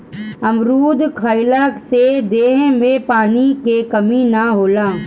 अमरुद खइला से देह में पानी के कमी ना होला